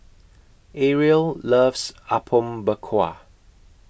Ariel loves Apom Berkuah